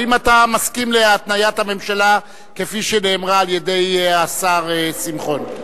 האם אתה מסכים להתניית הממשלה כפי שנאמרה על-ידי השר שמחון?